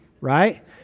right